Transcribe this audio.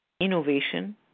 innovation